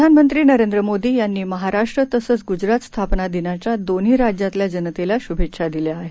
प्रधानमंत्री नरेंद्र मोदी यांनी महाराष्ट्र तसंच गुजरात स्थापना दिनाच्या दोन्ही राज्यातल्या जनतेला शुभेच्छा दिल्या आहेत